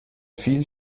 viel